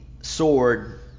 sword